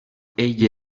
ell